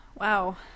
Wow